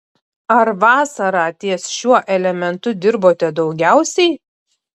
ar vasarą ties šiuo elementu dirbote daugiausiai